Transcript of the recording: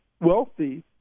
wealthy